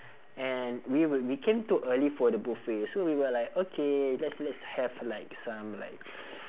and we were we came too early for the buffet so we were like okay let's let's have like some like